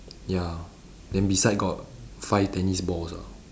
ya then beside got five tennis balls ah